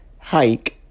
hike